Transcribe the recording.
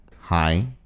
Hi